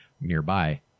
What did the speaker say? nearby